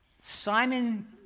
Simon